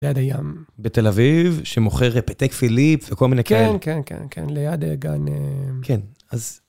ליד הים. בתל אביב, שמוכר פתק פיליפ וכל מיני כאלה. כן, כן, כן, ליד הגן. כן, אז...